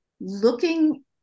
looking